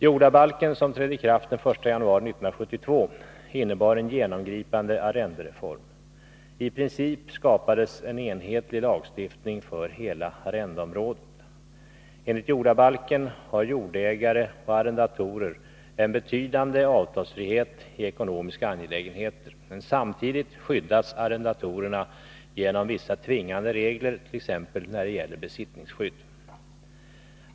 Jordabalken, som trädde i kraft den 1 januari 1972, innebar en genomgripande arrendereform. I princip skapades en enhetlig lagstiftning för hela arrendeområdet. Enligt jordabalken har jordägare och arrendatorer en betydande avtalsfrihet i ekonomiska angelägenheter. Samtidigt skyddas arrendatorerna genom vissa tvingande regler, t.ex. när det gäller besittningsskydd.